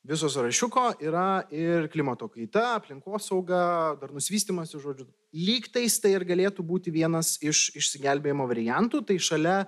viso sąrašiuko yra ir klimato kaita aplinkosauga darnus vystymasis žodžiu lygtais tai ir galėtų būti vienas iš išsigelbėjimo variantų tai šalia